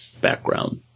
background